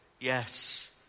Yes